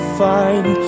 find